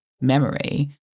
memory